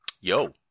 yo